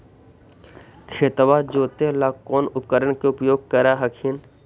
खेतबा जोते ला कौन उपकरण के उपयोग कर हखिन?